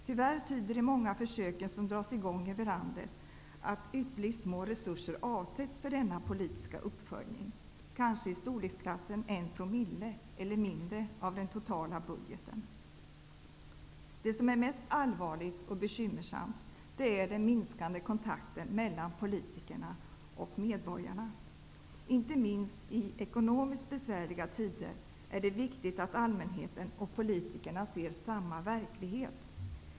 Tyvärr tyder de många försöken som dras i gång över landet på att ytterst små resurser avsätts för denna politiska uppföljning -- kanske i storleksklassen en promille eller mindre av den totala budgeten. Det som är mest allvarligt och bekymmersamt är den minskande kontakten mellan politikerna och medborgarna. Inte minst i ekonomiskt besvärliga tider är det viktigt att allmänheten och politikerna ser samma verklighet.